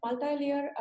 multi-layer